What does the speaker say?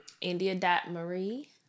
India.Marie